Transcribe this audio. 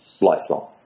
lifelong